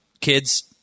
kids